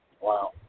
Wow